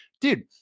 Dude